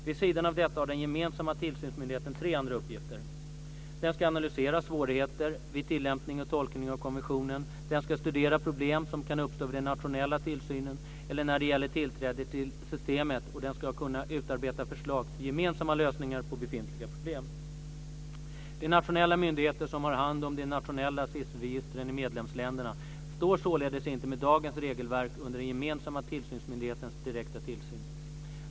Vid sidan av detta har den gemensamma tillsynsmyndigheten tre andra uppgifter: Den ska analysera svårigheter vid tillämpning och tolkning av konventionen, den ska studera problem som kan uppstå vid den nationella tillsynen eller när det gäller tillträde till systemet och den ska kunna utarbeta förslag till gemensamma lösningar på befintliga problem. De nationella myndigheter som har hand om de nationella SIS-registren i medlemsländerna står således inte med dagens regelverk under den gemensamma tillsynsmyndighetens direkta tillsyn.